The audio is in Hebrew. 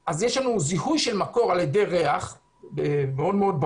אז יש לנו זיהוי של מקור על ידי ריח ברור מאוד.